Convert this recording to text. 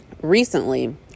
Recently